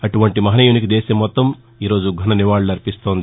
అటువంటి మహానీయునికి దేశం మొత్తం ఘన నివాళులర్పిస్తోంది